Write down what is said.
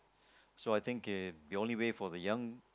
so I think it the only way for the young